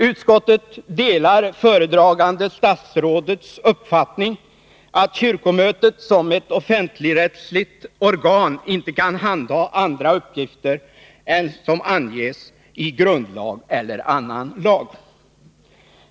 Utskottet delar föredragande statsrådets uppfattning att kyrkomötet som ett offentligrättsligt organ inte kan handha andra uppgifter än som anges i grundlag eller annan lag.